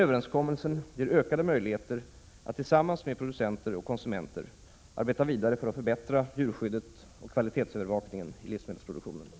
Överenskommelsen ger ökade möjligheter att tillsammans med producenter och konsumenter arbeta vidare för att förbättra djurskyddet och kvalitetsövervakningen i livsmedelsproduktionen.